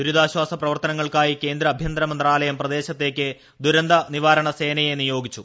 ദുരിതാശ്വാസപ്രവർത്തനങ്ങൾക്കായി കേന്ദ്ര ആഭ്യന്തര മന്ത്രാലയം പ്രദേശത്തേക്ക് ദുരന്തനിവാരണ സേനയെ നിയോഗിച്ചു